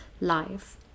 life